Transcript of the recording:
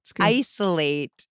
isolate